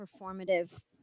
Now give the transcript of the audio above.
performative